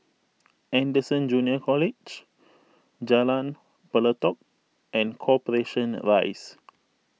Anderson Junior College Jalan Pelatok and Corporation Rise